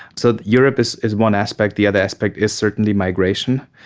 so europe is is one aspect, the other aspect is certainly migration.